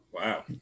Wow